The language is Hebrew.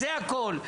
זה הכול,